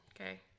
Okay